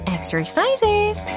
Exercises